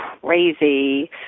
crazy